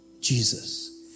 Jesus